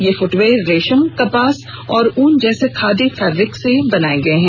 ये फुटवियर रेशम कपास और ऊन जैसे खादी फैब्रिक से बनाये गये हैं